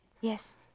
Yes